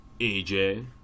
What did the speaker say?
AJ